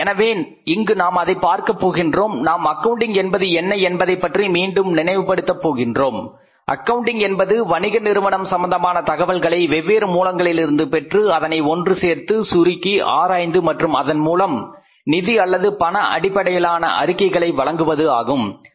எனவே இங்கு நாம் அதை பார்க்கப் போகின்றோம் நாம் அக்கவுண்டிங் என்பது என்ன என்பதைப் பற்றி மீண்டும் நினைவுபடுத்த போகின்றோம் "அக்கவுண்டிங் என்பது வணிக நிறுவனம் சம்பந்தமான தகவல்களை வெவ்வேறு மூலங்களிலிருந்து பெற்று அதனை ஒன்று சேர்த்து சுருக்கி ஆராய்ந்து மற்றும் அதன்மூலம் நிதி அல்லது பண அடிப்படையிலான அறிக்கைகளை வழங்குவது ஆகும்"